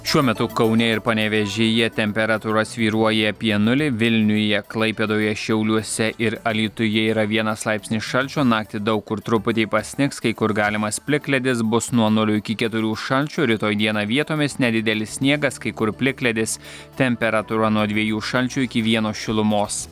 šiuo metu kaune ir panevėžyje temperatūra svyruoja apie nulį vilniuje klaipėdoje šiauliuose ir alytuje yra vienas laipsnis šalčio naktį daug kur truputį pasnigs kai kur galimas plikledis bus nuo nulio iki keturių šalčio rytoj dieną vietomis nedidelis sniegas kai kur plikledis temperatūra nuo dviejų šalčio iki vieno šilumos